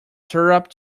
syrup